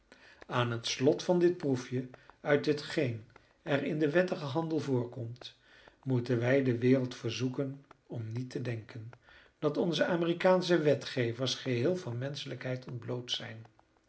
aan het slot van dit proefje uit hetgeen er in den wettigen handel voorkomt moeten wij de wereld verzoeken om niet te denken dat onze amerikaansche wetgevers geheel van menschelijkheid ontbloot zijn